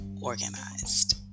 Organized